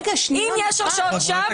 אם יש הרשעות שווא,